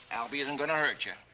albie isn't gonna hurt you.